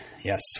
yes